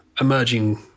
emerging